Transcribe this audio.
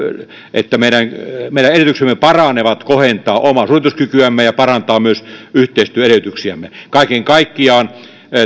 että meidän meidän edellytyksemme kohentaa omaa suorituskykyämme ja myös yhteistyöedellytyksiämme paranevat kaiken kaikkiaan